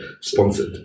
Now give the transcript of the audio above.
sponsored